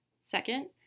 Second